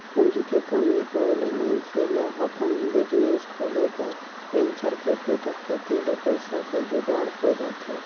पूंजी के कमी होय ले मइनसे ल अपन बिजनेस खोले बर वेंचर कैपिटल कती ले पइसा कर जुगाड़ होए जाथे